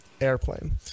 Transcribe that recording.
Airplane